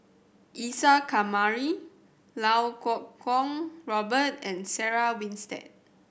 Isa Kamari Lau Kuo Kwong Robert and Sarah Winstedt